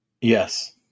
Yes